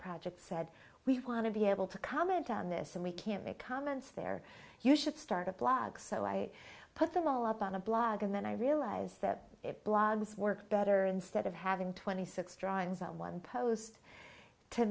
project said we want to be able to comment on this and we can't make comments there you should start a blog so i put them all up on a blog and then i realized that it blogs work better instead of having twenty six drawings on one post to